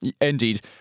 indeed